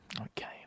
Okay